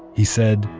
he said,